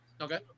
Okay